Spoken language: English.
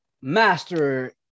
master